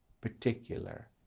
particular